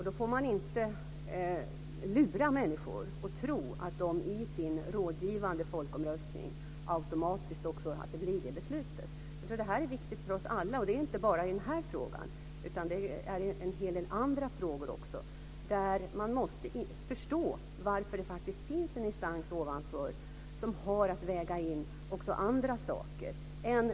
Då får man inte lura människor att tro att de i den rådgivande folkomröstningen kan påverka så att det automatiskt blir det beslutet. Det är viktigt för oss alla, och det gäller inte bara i den här frågan. Det gäller också en hel del andra frågor. Man måste förstå varför det finns en instans ovanför som har att väga in också andra saker.